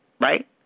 right